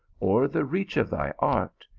or the reach of thy art,